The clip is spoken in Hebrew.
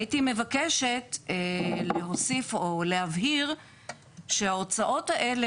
הייתי מבקשת להוסיף או להבהיר שההוצאות האלה